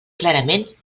clarament